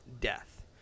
Death